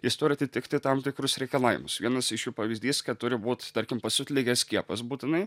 jis turi atitikti tam tikrus reikalavimus vienas iš jų pavyzdys kad turi būt tarkim pasiutligės skiepas būtinai